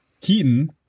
Keaton